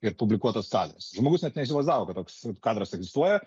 ir publikuotas kadras žmogus net neįsivaizdavo kad toks kadras egzistuoja